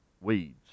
weeds